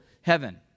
heaven